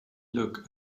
look